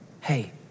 Hey